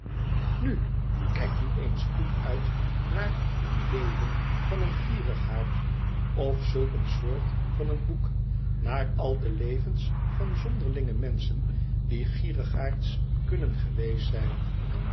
inu kijk nu eens goed uit naar een leven van een gierigaard of zulk een soort van een boek naar al de levens van zonderlinge menschen die gierigaards kunnen geweest zijn